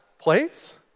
plates